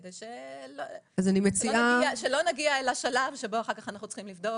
כדי שלא נגיע לשלב שבו אנחנו צריכים לבדוק